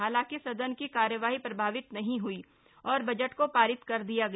हालांकि सदन की कार्यवाही प्रभावित नहीं हुई और बजट को पारित कर दिया गया